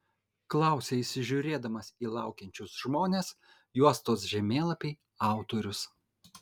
klausia įsižiūrėdamas į laukiančius žmones juostos žemėlapiai autorius